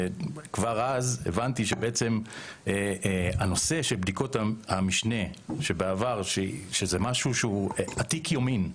וכבר אז הבנתי שהנושא של בדיקות המשנה זה משהו עתיק יומין.